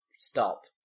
stop